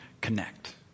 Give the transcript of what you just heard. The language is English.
connect